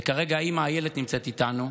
וכרגע האימא איילת נמצאת איתנו,